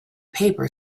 paper